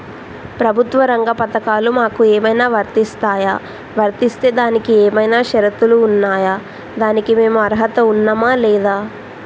ప్రభుత్వ రంగ పథకాలు మాకు ఏమైనా వర్తిస్తాయా? వర్తిస్తే దానికి ఏమైనా షరతులు ఉన్నాయా? దానికి మేము అర్హత ఉన్నామా లేదా?